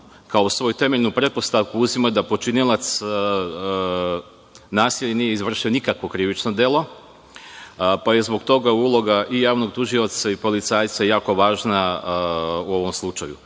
kao svoju temeljnu pretpostavku uzima da počinilac nasilja nije izvršio nikakvo krivično delo, pa je zbog toga uloga javnog tužioca i policajca jako važna u ovom slučaju.